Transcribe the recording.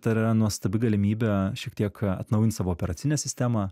tai yra nuostabi galimybė šiek tiek atnaujint savo operacinę sistemą